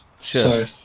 Sure